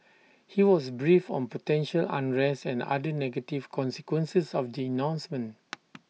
he was briefed on potential unrest and other negative consequences of the announcement